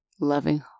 loving